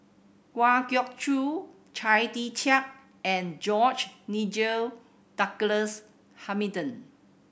Kwa Geok Choo Chia Tee Chiak and George Nigel Douglas Hamilton